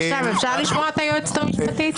עכשיו אפשר לשמוע את היועצת המשפטית?